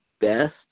best